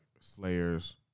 Slayers